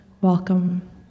welcome